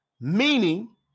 meaning